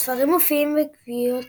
הספרים מופיעים בקביעות